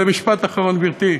במשפט אחרון, גברתי,